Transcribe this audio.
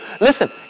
Listen